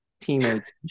teammates